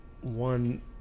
one